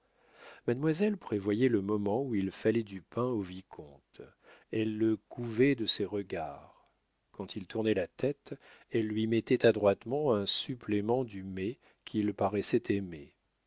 mademoiselle prévoyait le moment où il fallait du pain au vicomte elle le couvait de ses regards quand il tournait la tête elle lui mettait adroitement un supplément du mets qu'il paraissait aimer